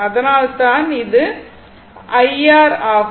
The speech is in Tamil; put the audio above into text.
அதனால் அது i R ஆகும்